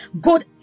good